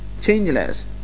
changeless